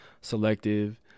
Selective